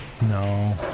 No